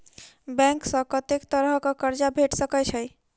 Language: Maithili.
बैंक सऽ कत्तेक तरह कऽ कर्जा भेट सकय छई?